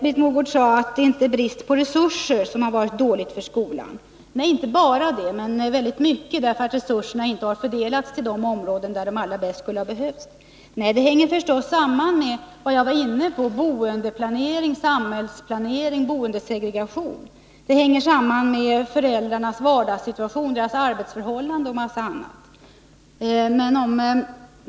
Britt Mogård sade att det inte är bristen på resurser som har påverkat skolan negativt. Nej, det är inte bara fråga om en brist på resurser, men resurserna har inte fördelats till de områden där de bäst skulle ha behövts. Men det hänger förstås samman med vad jag tidigare var inne på: samhällsplanering, bostadsplanering och bostadssegregation. Det hänger också samman med föräldrarnas vardagssituation, arbetsförhållanden och en mängd andra faktorer.